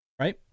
Right